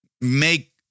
make